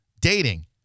dating